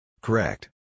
Correct